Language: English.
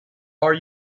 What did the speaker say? are